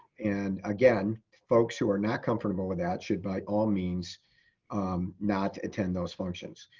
and again, folks who are not comfortable with that should by all means um not attend those functions.